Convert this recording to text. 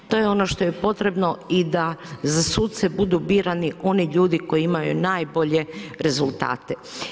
To je ono što je potrebno i da za suce budu birani oni ljudi koji imaju najbolje rezultate.